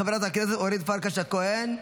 חברת הכנסת אורית פרקש הכהן,